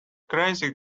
crazy